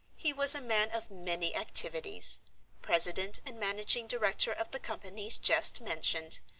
he was a man of many activities president and managing director of the companies just mentioned,